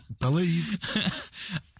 Believe